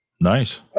nice